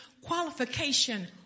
qualification